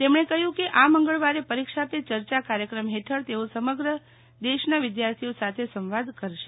તેમણે કહ્યું કે આ મંગળવારે પરીક્ષા પે ચર્ચા કાર્યક્રમ હેઠળ તેઓ સમગ્ર દેશા વિદ્યાર્થીઓ સાથે સંવાદ કરશે